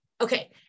Okay